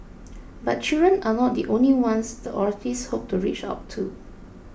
but children are not the only ones the authorities hope to reach out to